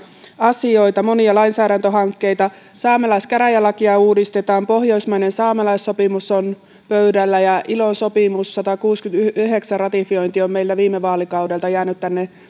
asioita monia lainsäädäntöhankkeita saamelaiskäräjälakia uudistetaan pohjoismainen saamelaissopimus on pöydällä ja ilo sopimus sadankuudenkymmenenyhdeksän ratifiointi on meillä viime vaalikaudelta jäänyt tänne